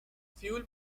fuel